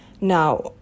Now